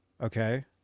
okay